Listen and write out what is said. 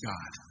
God